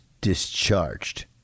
discharged